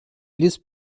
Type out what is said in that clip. ліс